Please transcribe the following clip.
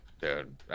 Dude